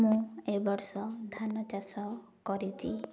ମୁଁ ଏବ ବର୍ଷ ଧାନ ଚାଷ କରିଛି